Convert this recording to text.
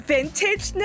Vintage